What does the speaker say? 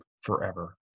forever